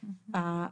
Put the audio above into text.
פעולות.